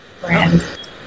brand